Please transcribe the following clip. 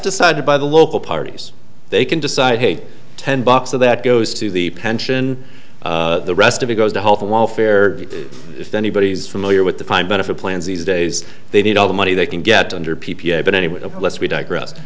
decided by the local parties they can decide hey ten bucks of that goes to the pension the rest of it goes to health and welfare if anybody is familiar with the time benefit plans these days they need all the money they can get under p p i but anyway the less we digressed